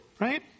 Right